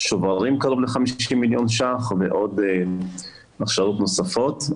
שוברים קרוב ל-50 מיליון שקל ועוד הכשרות נוספות.